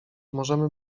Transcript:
możemy